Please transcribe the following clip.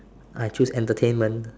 I choose entertainment